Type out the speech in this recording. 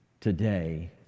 today